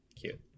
Cute